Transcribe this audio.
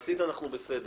מעשית אנחנו בסדר.